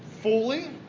fully